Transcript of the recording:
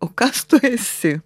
o kas tu esi